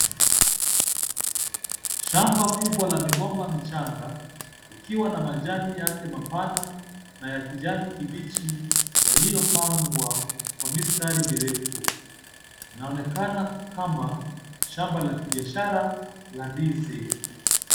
Shamba kubwa la migomba michanga likiwa na majani yake pana na ya kijani kibichi yaliyopangwa kwa mistari mirefu. Inaonekana kama shamba la kibiashara la ndizi.